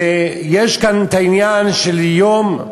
ויש כאן עניין של יום,